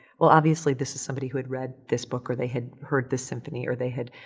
well, obviously this is somebody who had read this book or they had heard this symphony or they had,